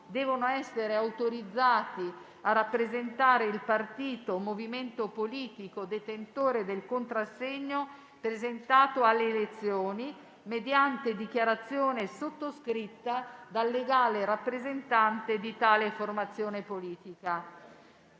devono essere autorizzati a rappresentare il partito o movimento politico detentore del contrassegno presentato alle elezioni, mediante dichiarazione sottoscritta dal legale rappresentante di tale formazione politica.